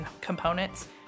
components